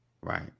right